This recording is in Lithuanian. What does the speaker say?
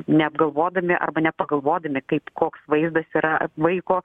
neapgalvodami arba nepagalvodami kaip koks vaizdas yra vaiko